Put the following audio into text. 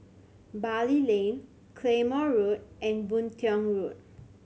Bali Lane Claymore Road and Boon Tiong Road